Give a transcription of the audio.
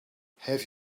have